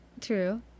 True